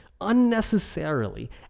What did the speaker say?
unnecessarily